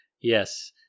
Yes